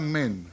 men